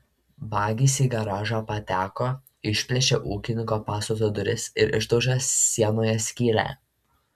vagys į garažą pateko išplėšę ūkinio pastato duris ir išdaužę sienoje skylę